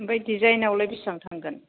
ओमफ्राय डिजाइनआवलाय बेसेबां थांगोन